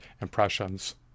impressions